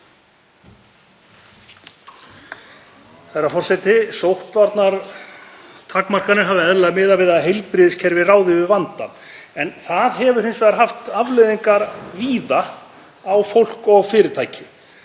Herra forseti. Sóttvarnatakmarkanir hafa eðlilega miðað við að heilbrigðiskerfið ráði við vandann en það hefur hins vegar haft afleiðingar víða fyrir fólk og fyrirtæki.